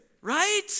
Right